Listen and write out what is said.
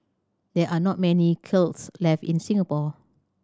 there are not many kilns left in Singapore